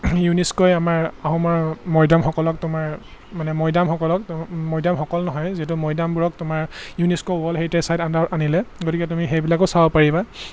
ইউনিস্কই আমাৰ আহোমৰ মৈদামসকলক তোমাৰ মানে মৈদামসকলক মৈদামসকল নহয় যিহেতু মৈদামবোৰক তোমাৰ ইউনিস্ক ৱৰ্ল্ড হেৰিটেজ চাইট আণ্ডাৰত আনিলে গতিকে তুমি সেইবিলাকো চাব পাৰিবা